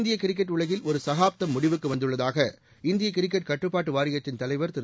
இந்திய கிரிக்கெட் உலகில் ஒரு சகாப்தம் முடிவுக்கு வந்துள்ளதாக இந்திய கிரிக்கெட் கட்டுப்பாட்டு வாரியத்தின் தலைவர் திரு